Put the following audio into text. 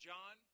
John